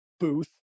booth